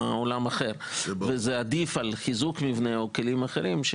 זה עדיף על חיזוק מבנה או כלים אחרים,